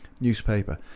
newspaper